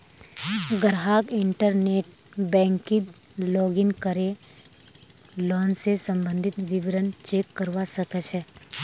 ग्राहक इंटरनेट बैंकिंगत लॉगिन करे लोन स सम्बंधित विवरण चेक करवा सके छै